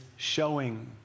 Showing